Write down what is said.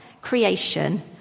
creation